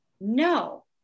No